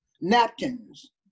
napkins